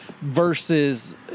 versus